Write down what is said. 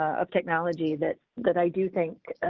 of technology that that i do think